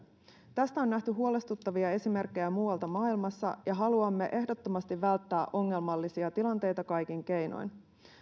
tästä on nähty huolestuttavia esimerkkejä muualta maailmassa ja haluamme ehdottomasti välttää ongelmallisia tilanteita kaikin keinoin